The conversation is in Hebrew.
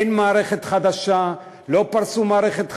אין מערכת חדשה, לא פרסו מערכת חדשה,